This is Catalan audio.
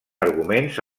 arguments